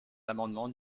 l’amendement